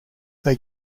they